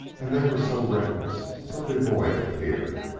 and they were so reckless, so devoid of fear.